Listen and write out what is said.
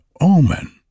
omen